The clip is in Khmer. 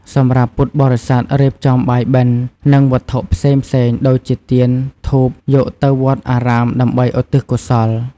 សម្រាប់ពុទ្ធបរិស័ទ រៀបចំបាយបិណ្ឌ និងវត្ថុផ្សេងៗ ដូចជាទាន ធូប យកទៅវត្តអារាមដើម្បីឧទ្ទិសកុសល។